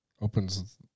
opens